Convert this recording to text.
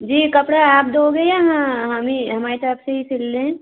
जी कपड़ा आप दोगे या हाँ हम ही हमारी तरफ़ से ही सिल लें